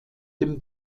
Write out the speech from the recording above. dem